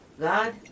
God